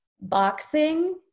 boxing